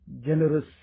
generous